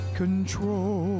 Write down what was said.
control